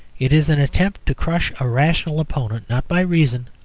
it is an attempt to crush a rational opponent not by reason,